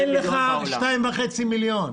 אין לך 2.5 מיליון.